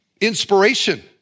Inspiration